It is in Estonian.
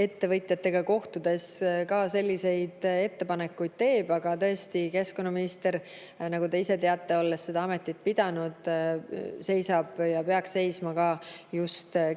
ettevõtjatega kohtudes ka selliseid ettepanekuid teeb. Aga keskkonnaminister, nagu te ise teate, olles seda ametit pidanud, seisab ja peaks seisma ka